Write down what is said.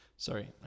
Sorry